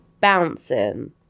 bouncing